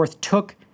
took